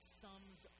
sums